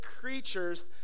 creatures